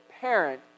parent